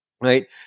Right